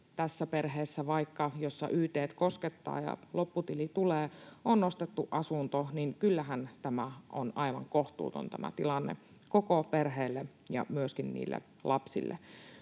tässä perheessä, jota yt:t koskettavat ja johon lopputili tulee, on ostettu asunto, niin kyllähän tämä tilanne on aivan kohtuuton koko perheelle ja myöskin niille